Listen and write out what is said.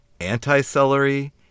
anti-celery